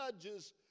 judges